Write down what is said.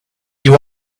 you